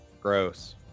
Gross